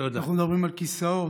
אנחנו מדברים על כיסאות,